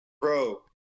Bro